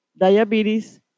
diabetes